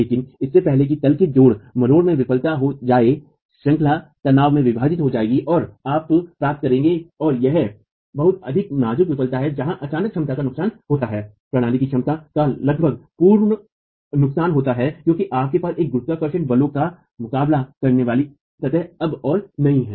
लेकिन इससे पहले कि तल के जोड़ मरोड़ में विफल हो जाए श्रंखलाश्रेणी तनाव में विभाजित हो जाएगी और आप प्राप्त करेंगे और यह बहुत अधिक नाज़ुक विफलता है जहां अचानक क्षमता का नुकसान होता है प्रणाली की क्षमता का लगभग पूर्ण नुकसान होता है क्योंकि आपके पास एक गुरुत्वाकर्षण बलों का मुकाबला करने वाली सतह अब और नहीं है